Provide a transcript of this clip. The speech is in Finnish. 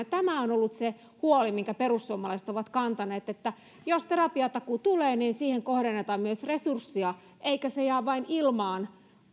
tämä on ollut se huoli mitä perussuomalaiset ovat kantaneet että jos terapiatakuu tulee niin siihen kohdennetaan myös resurssia eikä se jää vain ilmaan